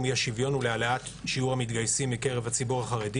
אי השוויון ולהעלאת שיעור המתגייסים בקרב הציבור החרדי